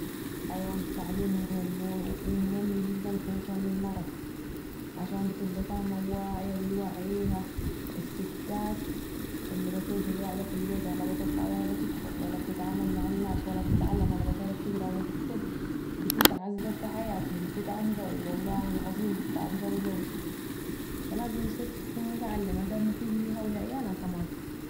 أيوة التعليم مهم و مهم جداً خصوصاً للمرا، علشان بتبقي فاهمه وواعيه ، الستات الي بتبقي قاعه في البيوت ولا بتطلع ولا بتدخلولا بتتعامل مع الناس ولا بتعرف تقري ولا تكتب بتتعذب في حياتها بتتعب قوي بتتعب قوي قوي فا لازم الست تكون متعلمه ده مفيد ليها ولعيالها كمان